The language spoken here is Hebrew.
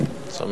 תודה רבה.